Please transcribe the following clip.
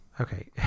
Okay